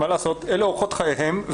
מה לעשות, אלה אורחות חייהם.